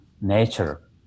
nature